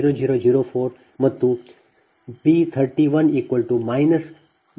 001 B 23 0